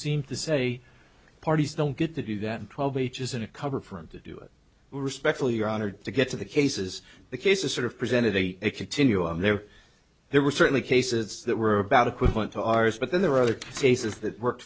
seem to say parties don't get to do that and twelve each isn't a cover for him to do it respectfully your honor to get to the cases the cases sort of presented a continuum there there were certainly cases that were about equivalent to ours but then there were other cases that work